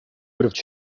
would